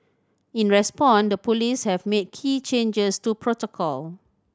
in response the police have made key changes to protocol